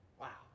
Wow